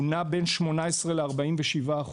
נע בין 18% ל-47%.